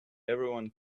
everyone